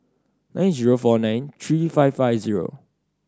nine zero four nine three five five zero